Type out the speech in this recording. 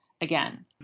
again